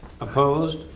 opposed